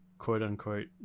quote-unquote